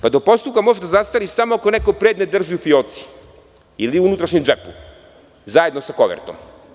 Pa, do postupka može da zastari samo ako neko predmet drži u fioci, ili u unutrašnjem džepu zajedno sa kovertom.